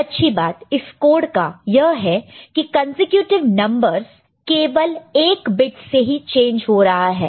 एक अच्छी बात इस कोड का यह है किकंसेक्युटिव नंबरस केवल 1 बिट से ही चेंज हो रहा है